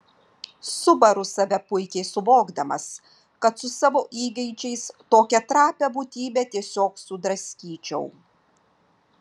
subaru save puikiai suvokdamas kad su savo įgeidžiais tokią trapią būtybę tiesiog sudraskyčiau